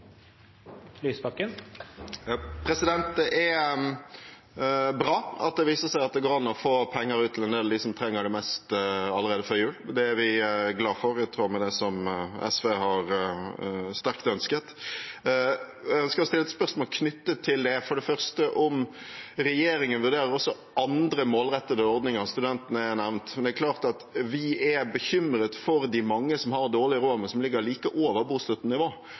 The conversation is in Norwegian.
Det er bra at det viser seg at det går an å få penger ut til en del av dem som trenger det mest, allerede før jul. Det er vi glad for, det er i tråd med det som SV sterkt har ønsket. Jeg ønsker å stille et spørsmål knyttet til det. For det første: Vurderer regjeringen også andre målrettede ordninger? Studentene er nevnt. Det er klart at vi er bekymret for de mange som har dårlig råd, men som ligger like over bostøttenivå.